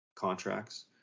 contracts